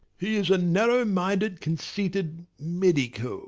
he is a narrow-minded, conceited medico